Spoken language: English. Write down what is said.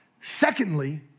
Secondly